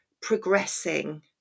progressing